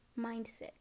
mindset